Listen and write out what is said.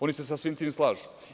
Oni se sa svim tim slažu.